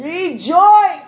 Rejoice